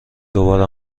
دوباره